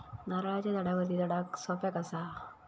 नारळाच्या झाडावरती चडाक सोप्या कसा?